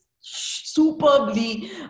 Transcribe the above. superbly